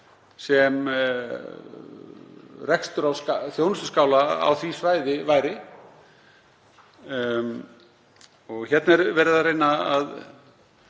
sem rekstur á þjónustuskála á því svæði væri. Hér er verið að reyna að